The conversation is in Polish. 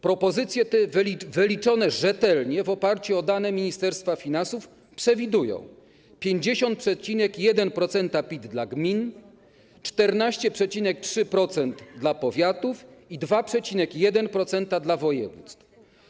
Propozycje te, wyliczone rzetelnie w oparciu o dane Ministerstwa Finansów, przewidują: 50,1% PIT dla gmin, 14,3% dla powiatów i 2,1% dla województw.